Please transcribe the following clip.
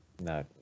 no